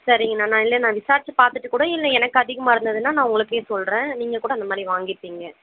சரிங்க அண்ணா இல்லை நான் விசாரிச்சு பார்த்துட்டுக்கூட இல்லை எனக்கு அதிகமாக இருந்ததுன்னா நான் உங்களுக்கு சொல்லுறேன் நீங்கள்கூட அந்தமாதிரி வாங்கிறீப்பிங்க